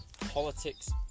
politics